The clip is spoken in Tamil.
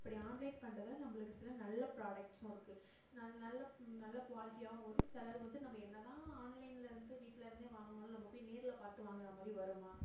அப்படி ஆன்லைன் பண்றதில் நம்மளுக்கு சில நல்ல ஃப்ராடக்ட்ஸும் இருக்குது நல் நல்ல நல்ல குவாலிட்டியாகவும் வரும் சிலது வந்துட்டு நம்ம என்ன தான் ஆன்லைனில் இருந்து வீட்டில் இருந்தே வாங்கினாலும் நம்ம போயி நேரில் பார்த்து வாங்கிற மாதிரி வருமா